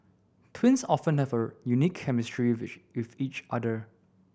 twins often have a unique chemistry with with each other